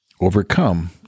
overcome